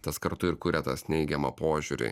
tas kartu ir kuria tas neigiamą požiūrį